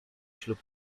ślub